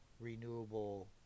renewable